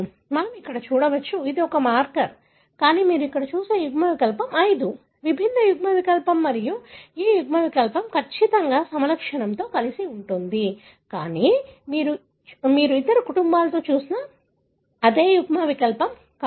మనము ఇక్కడ చూడవచ్చు ఇది ఒకే మార్కర్ కానీ మీరు ఇక్కడ చూసే యుగ్మ వికల్పం 5 విభిన్న యుగ్మవికల్పం మరియు ఆ యుగ్మవికల్పం ఖచ్చితంగా సమలక్షణంతో కలిసి ఉంటుంది కానీ మీరు ఇతర కుటుంబంలో చూసిన అదే యుగ్మవికల్పం కాదు